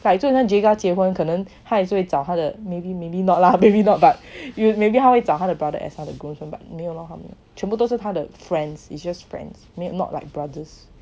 like 就很想 jega 结婚可能她一定会找他的 maybe maybe not lah maybe not but you have maybe 他会找他的 brothers as 他的 friend but 没有啦全部都是她的 friends it's just friends may not like brothers